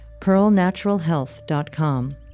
pearlnaturalhealth.com